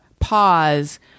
pause